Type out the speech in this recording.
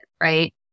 right